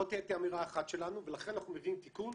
זו הייתה אמירה אחת שלנו ולכן אנחנו מביאים תיקון,